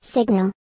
Signal